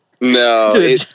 No